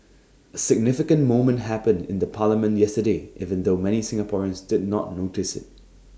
A significant moment happened in the parliament yesterday even though many Singaporeans did not notice IT